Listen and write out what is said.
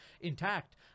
intact